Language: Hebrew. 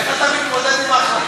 איך אתה מתמודד עם ההחלטה?